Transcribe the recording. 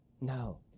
No